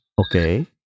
Okay